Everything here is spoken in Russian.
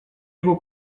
его